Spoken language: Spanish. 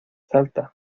salta